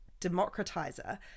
democratizer